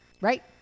right